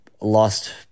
lost